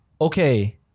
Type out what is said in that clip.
Okay